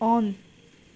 on